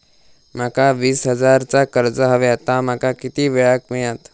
माका वीस हजार चा कर्ज हव्या ता माका किती वेळा क मिळात?